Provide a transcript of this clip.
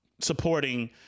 supporting